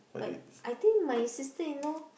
but I think my sister-in-law